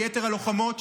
ליתר הלוחמות,